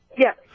Yes